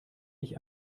ich